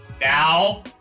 Now